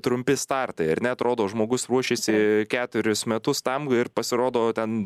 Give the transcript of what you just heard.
trumpi startai ar ne atrodo žmogus ruošėsi keturis metus tam ir pasirodo ten